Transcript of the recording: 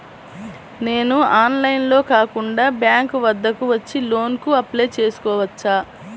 నేను ఆన్లైన్లో కాకుండా బ్యాంక్ వద్దకు వచ్చి లోన్ కు అప్లై చేసుకోవచ్చా?